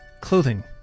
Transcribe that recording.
clothing